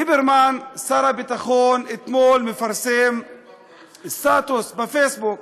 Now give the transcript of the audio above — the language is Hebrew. ליברמן, שר הביטחון, אתמול מפרסם סטטוס בפייסבוק,